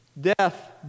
death